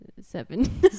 Seven